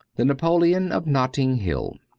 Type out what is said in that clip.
the napoleon of notting hill